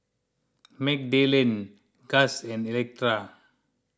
Magdalen Gust and Electa